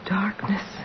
darkness